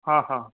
हा हा